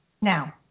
now